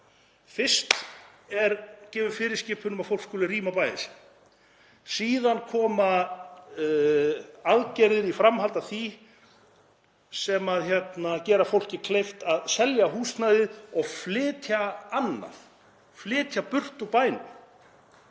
Fyrst er gefin fyrirskipun um að fólk skuli rýma bæinn sinn. Síðan koma aðgerðir í framhaldi af því sem gera fólki kleift að selja húsnæðið og flytja annað, flytja burt úr bænum,